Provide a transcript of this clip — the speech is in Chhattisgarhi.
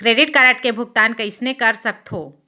क्रेडिट कारड के भुगतान कइसने कर सकथो?